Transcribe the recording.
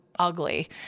ugly